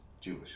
Jewish